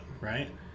right